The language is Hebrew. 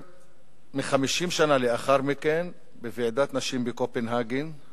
יותר מ-50 שנה לאחר מכן, בוועידת נשים בקופנהגן,